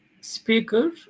speaker